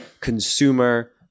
consumer